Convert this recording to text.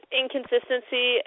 inconsistency